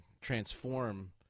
transform